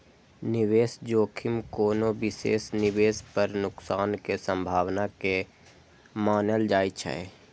निवेश जोखिम कोनो विशेष निवेश पर नुकसान के संभावना के मानल जाइ छै